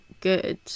good